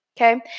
Okay